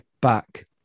back